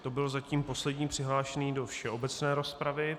To byl zatím poslední přihlášení do všeobecné rozpravy.